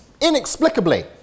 inexplicably